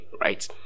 right